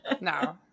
no